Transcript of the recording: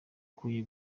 akwiye